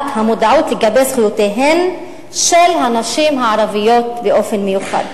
המודעות לגבי זכויותיהן של הנשים הערביות באופן מיוחד,